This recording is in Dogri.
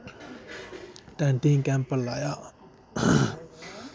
टैंटें कैंप लाया